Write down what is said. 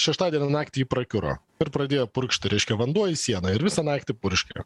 šeštadienio naktį ji prakiuro ir pradėjo purkšti reiškia vanduo į sieną ir visą naktį purškė